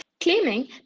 claiming